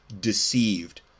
deceived